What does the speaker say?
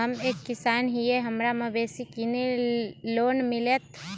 हम एक किसान हिए हमरा मवेसी किनैले लोन मिलतै?